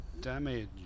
damage